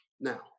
Now